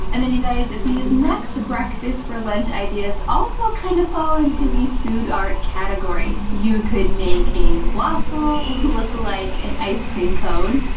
and then you guys these next breakfast for lunch ideas, also kind of fall into the food art category. you could make a waffle look like an ice cream cone.